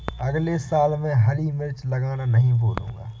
अगले साल मैं हरी मिर्च लगाना नही भूलूंगा